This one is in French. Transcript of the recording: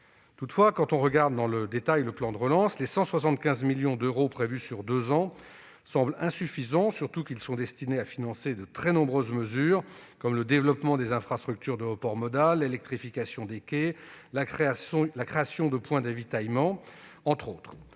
Toutefois, quand nous examinons dans le détail le plan de relance, les 175 millions d'euros prévus sur deux ans semblent insuffisants, d'autant plus qu'ils sont destinés à financer de très nombreuses mesures, comme le développement des infrastructures de report modal, l'électrification des quais et la création de points d'avitaillement. Certes,